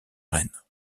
reine